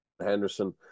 Henderson